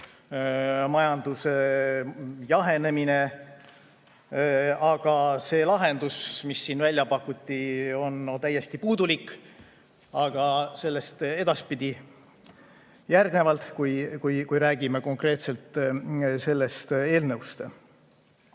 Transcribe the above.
majanduse jahenemine. Aga see lahendus, mis siin välja pakuti, on täiesti puudulik. Sellest edaspidi, järgnevalt, kui ma räägin konkreetselt sellest